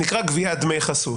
שנקרא "גביית דמי חסות".